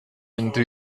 into